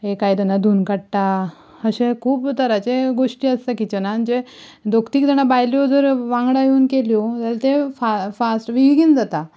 एक आयदनां धुवन काडटा अशे खूब तरांचे घोष्टी आसता किचनांत जे दोग तीग जाणां बायलो जर वांगडा येवन केल्यो जाल्यार तें फा फास्ट बेगीन जाता